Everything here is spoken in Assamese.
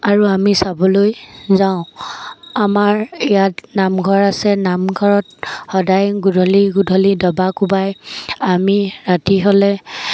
আৰু আমি চাবলৈ যাওঁ আমাৰ ইয়াত নামঘৰ আছে নামঘৰত সদাই গধূলি গধূলি দবা কোবায় আমি ৰাতি হ'লে